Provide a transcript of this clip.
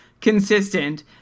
consistent